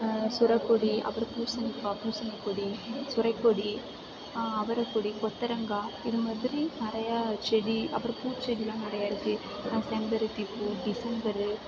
சுரைக்கொடி அப்புறம் பூசணிக்காய் பூசணிக்கொடி சுரைக்கொடி அவரைக்கொடி கொத்தவரங்கா இது மாதிரி நிறையா செடி அப்புறம் பூச்செடியெல்லாம் நிறைய இருக்குது செம்பருத்தி பூ டிசம்பரு